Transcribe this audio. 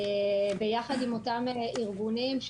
ביחד עם אותם ארגונים,